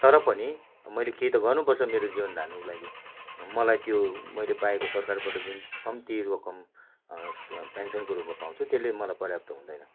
तर पनि मैले केही त गर्नु पर्छ मेरो जीवन धान्नुको लागि मलाई त्यो मैले पाएको सरकारबाट जुन कम्ती रकम पेन्सनको रूपमा पाउँछु त्यसले मलाई पर्याप्त हुँदैन